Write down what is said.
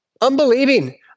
unbelieving